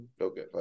okay